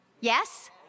Yes